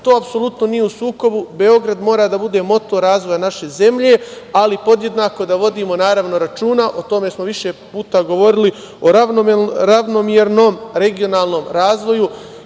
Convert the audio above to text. to apsolutno nije u sukobu, Beograd mora da bude motor razvoja naše zemlje, ali podjednako da vodimo računa, o tome smo više puta govorili, o ravnomernom regionalnom razvoju. Normalno